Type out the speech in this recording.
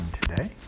today